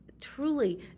truly